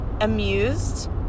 amused